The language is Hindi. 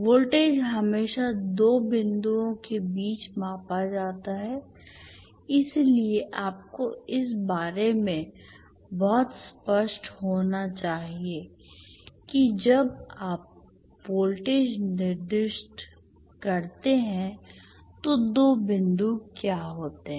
वोल्टेज हमेशा दो बिंदुओं के बीच मापा जाता है इसलिए आपको इस बारे में बहुत स्पष्ट होना चाहिए कि जब आप वोल्टेज निर्दिष्ट करते हैं तो दो बिंदु क्या होते हैं